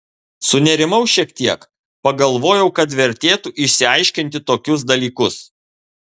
sunerimau šiek tiek pagalvojau kad vertėtų išsiaiškinti tokius dalykus